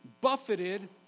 buffeted